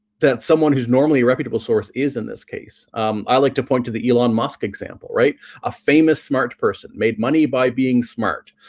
that someone who's normally a reputable source is in this case i like to point to the elon musk example right a famous smart person made money by being smart